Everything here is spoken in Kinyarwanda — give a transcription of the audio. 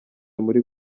muri